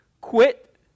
Quit